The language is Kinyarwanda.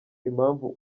impamvu